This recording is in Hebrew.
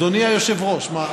אדוני היושב-ראש,